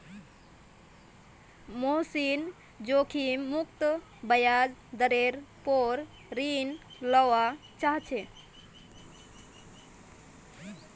मोहनीश जोखिम मुक्त ब्याज दरेर पोर ऋण लुआ चाह्चे